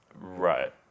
Right